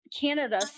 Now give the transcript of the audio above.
Canada